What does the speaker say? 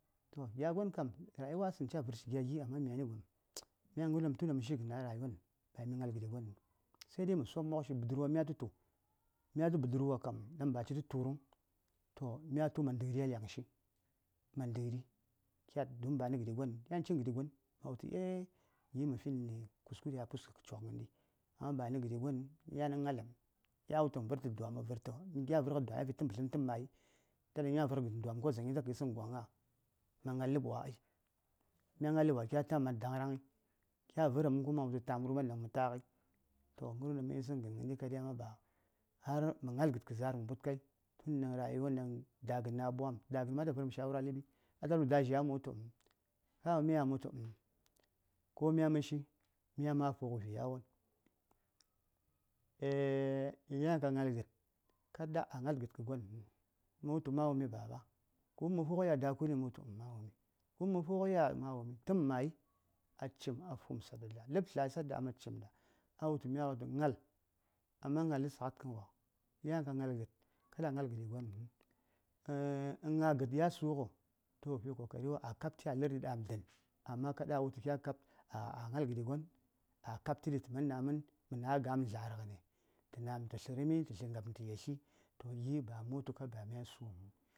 ﻿Toh gyagon kam rayuwa was∂ŋ ca: v∂rshi gyagi amma manigom myang∂n dang tun da m∂ shi-shi g∂n a rayuwan ba mi gnal g∂di gon∂ŋ sai dai m∂ sop mokshi budurwa mya tutu myatu budurwa kam daŋ ba ci tə tur∂ŋ to mya tu ma nd∂ri a lyaŋshi mand∂ri kyat. Don ba n∂ g∂ɗi gon∂ŋ yan a ngal∂m mya v∂rt∂ dwam mya v∂rt∂ dwam afi t∂mp mb∂tl∂m, t∂mp mayi ta da mya v∂rg∂ dwam kodzaŋyo ta k∂ yis∂ŋ gwa gna. Mya ngal l∂pwa ai mya ngal l∂pwa kyatam ma dangrangg∂I kya v∂rm∂dang kuma ma wultu tam wurban daŋ m∂ tag∂I ng∂rwon dan m∂yis∂n g∂n g∂ndi kade. Ba har m∂ ngal g∂d. k∂ za’ar m∂ mbud kai tun da ∂ayawan dan Dag∂n dang a bwam Da:g∂n ma ata v∂r∂m shawara a l∂bi ata wul∂m tu dazha m∂ wult∂ am ka wumiya m∂ wultu ∂m ko mya m∂shi myan ma fag∂ vi yawon yan ka ngal g∂d kada a ngal g∂d kə gon∂n m∂ wultu mawumi baba k∂ wumma ngərwon ɗaŋ mya fug∂iya ɗa kuni m∂ wultu mawumi k∂ wumm∂ fug∂ɗiya t∂m mayi a cim a fu:m sadda laptlai sadda acim ɗaɗa a wultu mya wulta ngal amma ngal g∂d kada a ngal g∂di gon∂ŋ in ngag∂d ya sug∂ toh fi ko kari wa a kaptə a l∂rdi a ɗa:md∂n amma kada a wulta kya kap a ngal g∂di gon t∂ man na:m mən agam dlarg∂ni t∂ ngaɓəm t∂ tl∂rmi t∂tlən yatli to giba m∂ wultu sam ba mya su: həŋ.